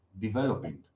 developing